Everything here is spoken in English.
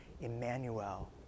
Emmanuel